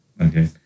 Okay